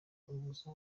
ubusa